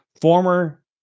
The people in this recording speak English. former